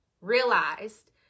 realized